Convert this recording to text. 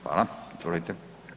Hvala, izvolite.